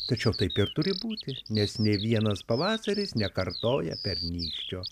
tačiau taip ir turi būti nes nei vienas pavasaris nekartoja pernykščio